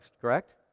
correct